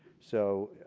so